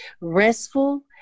restful